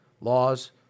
laws